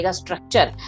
structure